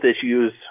issues